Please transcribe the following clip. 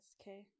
okay